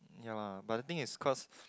yea but the thing is cause